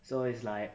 so it's like